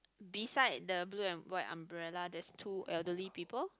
beside the blue and white umbrella there's two elderly people